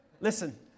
Listen